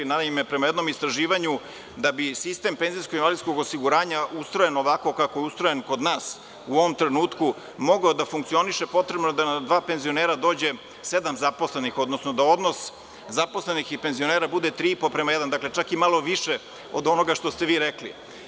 Naime, prema jednom istraživanju, da bi sistem PIO, ustrojen ovako kako je ustrojen kod nas, u ovom trenutku mogao da funkcioniše potrebno je da na dva penzionera dođe sedam zaposlenih, odnosno da odnos zaposlenih i penzionera bude tri i po prema jedan, što je čak i malo više od onoga što ste vi rekli.